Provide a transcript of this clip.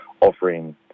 offering